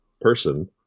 person